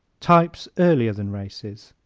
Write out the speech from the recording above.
types earlier than races